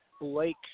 Blake